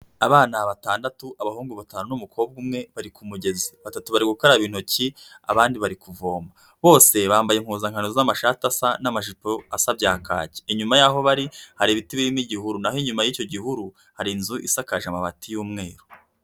Abana batandatu abahungu batanu n'umukobwa umwe bari ku mugezi, batatu bari gukaraba intoki abandi bari kuvoma, bose bambaye impuzankano z'amashati asa n'amajipo asa bya kake, inyuma yaho bari hari ibiti birimo igihuru, naho inyuma y'icyo gihuru hari inzu isakaje amabati y'umweru.